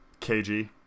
kg